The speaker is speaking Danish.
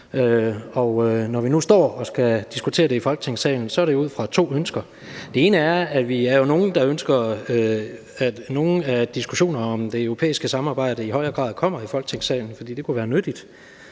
når vi nu står og skal diskutere det i Folketingssalen, er det jo ud fra to ønsker. Det ene er, at vi jo er nogle, der ønsker, at nogle af diskussionerne om det europæiske samarbejde i højere grad kommer i Folketingssalen, fordi det kunne være nyttigt